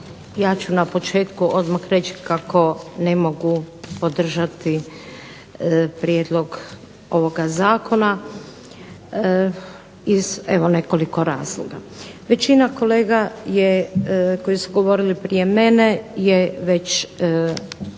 ja ću na početku odmah reći kako ne mogu podržati prijedlog ovoga zakona iz evo nekoliko razloga. Većina kolega koji su govorili prije mene je već